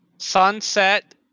Sunset